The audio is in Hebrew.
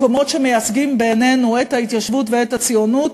מקומות שמייצגים בעינינו את ההתיישבות ואת הציונות,